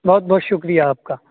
بہت بہت شکریہ آپ کا